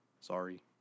Sorry